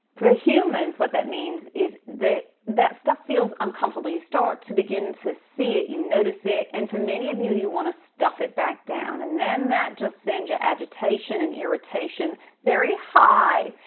for humans what that means is that that stuff feels uncomfortable. you start to begin to see it. you notice it, and for many of you, you want to stuff it back down. and then that just sends your agitation and irritation very high,